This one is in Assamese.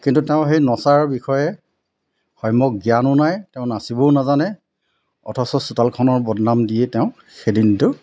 কিন্তু তেওঁ সেই নচাৰ বিষয়ে সম্যক জ্ঞানো নাই তেওঁ নাচিবও নাজানে অথচ চোতালখনৰ বদনাম দিয়ে তেওঁ সেইদিনটোৰ